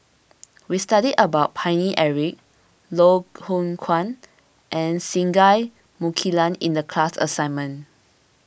we studied about Paine Eric Loh Hoong Kwan and Singai Mukilan in the class assignment